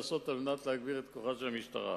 לעשות על מנת להגביר את כוחה של המשטרה.